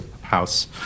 house